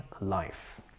life